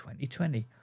2020